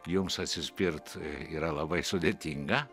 jums atsispirt yra labai sudėtinga